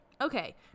Okay